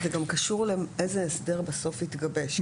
זה גם קשור לאיזה הסדר בסוף יתגבש.